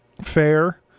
fair